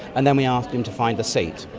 and then we asked him to find a seat,